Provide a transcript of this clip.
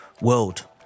world